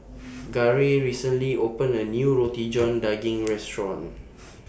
Garey recently opened A New Roti John Daging Restaurant